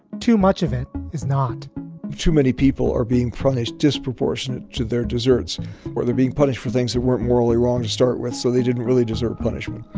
too much of it is not too many people are being punished disproportionate to their deserts where they're being punished for things that weren't morally wrong to start with. so they didn't really deserve punishment.